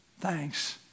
Thanks